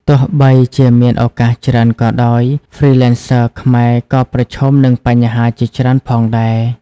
ទោះបីជាមានឱកាសច្រើនក៏ដោយ Freelancers ខ្មែរក៏ប្រឈមនឹងបញ្ហាជាច្រើនផងដែរ។